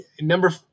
number